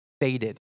faded